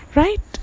right